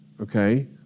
okay